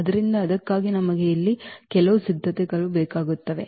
ಆದ್ದರಿಂದ ಅದಕ್ಕಾಗಿ ನಮಗೆ ಇಲ್ಲಿ ಕೆಲವು ಸಿದ್ಧತೆಗಳು ಬೇಕಾಗುತ್ತವೆ